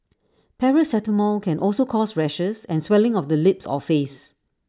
paracetamol can also cause rashes and swelling of the lips or face